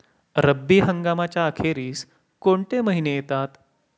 रब्बी हंगामाच्या अखेरीस कोणते महिने येतात?